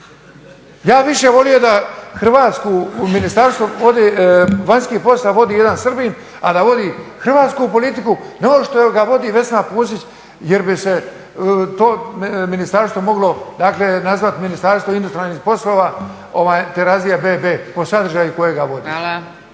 bih više volio da Hrvatsku u Ministarstvu vanjskih poslova vodi jedan Srbin, a da vodi hrvatsku politiku, ne … što ga vodi Vesna Pusić jer bi se to ministarstvo moglo, dakle nazvati Ministarstvo … poslova, … po sadržaju kojega vodi.